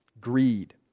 greed